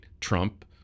trump